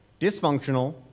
dysfunctional